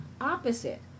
opposite